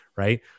right